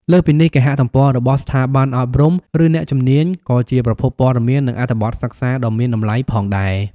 លើសពីនេះ គេហទំព័ររបស់ស្ថាប័នអប់រំ ឬអ្នកជំនាញក៏ជាប្រភពព័ត៌មាន និងអត្ថបទសិក្សាដ៏មានតម្លៃផងដែរ។